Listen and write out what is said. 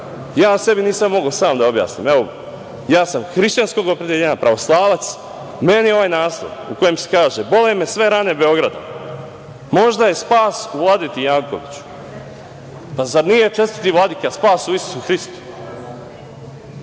ja sebi nisam mogao sam da objasnim. Evo, ja sam hrišćanskog opredeljenja, pravoslavac. Meni ovaj naslov u kojem se kaže: „Bole me sve rane Beograda. Možda je spas u Vladeti Jankoviću“, pa zar nije, čestiti vladika, spas u Isusu Hristu?